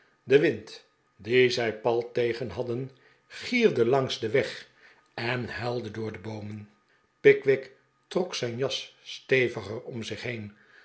de wind dien zij pal tegen hadden gierde langs den weg en huilde door de boomen pickwick trok zijn jas steviger om zich heeh